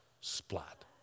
splat